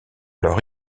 leur